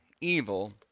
evil